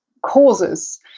causes